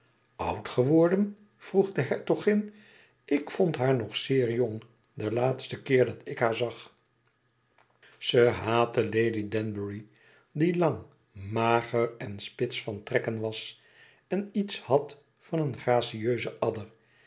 oud geworden vroeg de hertogin ik vond haar nog zeer jong den laatsten keer dat ik haar zag ze haatte lady danbury die lang mager en spits van trekken was en iets had van een gracieuzen adder